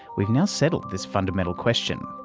we've now settled this fundamental question.